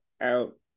out